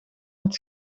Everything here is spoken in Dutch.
met